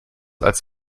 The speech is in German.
als